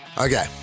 Okay